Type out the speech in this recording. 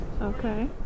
Okay